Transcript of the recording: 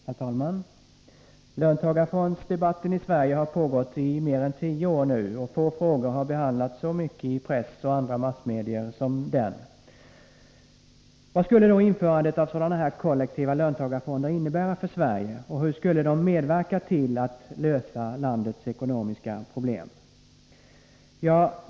Herr talman! Löntagarfondsdebatten i Sverige har nu pågått i mer än tio år, och få frågor har behandlats så mycket i press och andra massmedier som den. Vad skulle då införandet av sådana här kollektiva löntagarfonder innebära för Sverige, och hur skulle de medverka till att lösa landets ekonomiska problem?